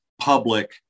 public